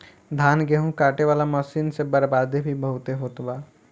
धान, गेहूं काटे वाला मशीन से बर्बादी भी बहुते होत बा